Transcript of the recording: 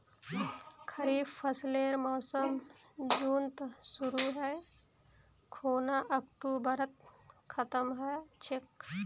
खरीफ फसलेर मोसम जुनत शुरु है खूना अक्टूबरत खत्म ह छेक